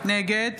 נגד